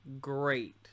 great